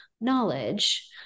knowledge